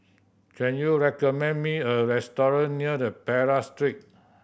can you recommend me a restaurant near the Perak Street